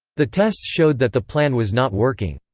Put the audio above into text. the tests showed that the plan was not working.